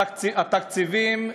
התקציבים,